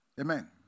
Amen